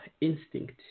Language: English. instinct